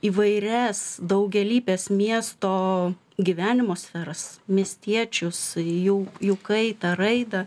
įvairias daugialypes miesto gyvenimo sferas miestiečius jų jų kaitą raidą